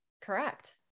Correct